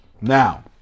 Now